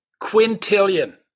quintillion